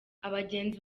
abagenzi